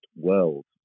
world